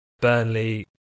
Burnley